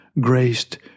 graced